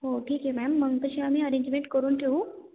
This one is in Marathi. हो ठीक आहे मॅम मग तशी आम्ही अरेंजमेंट करून ठेऊ